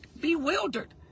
bewildered